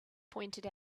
pointed